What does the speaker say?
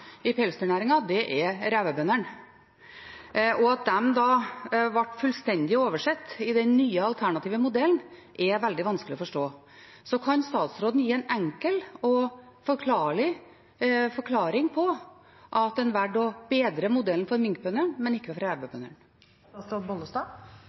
da ble fullstendig oversett i den nye, alternative modellen, er veldig vanskelig å forstå. Kan statsråden gi en enkel og forklarlig forklaring på hvorfor en valgte å bedre modellen for minkbøndene, men ikke